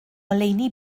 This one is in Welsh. ngoleuni